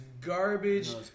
garbage